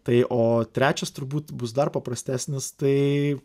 tai o trečias turbūt bus dar paprastesnis tai